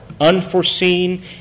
Unforeseen